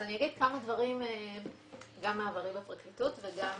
אז אני אגיד כמה דברים גם מעברי בפרקליטות וגם